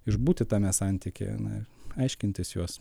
išbūti tame santykyje na aiškintis juos